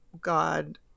God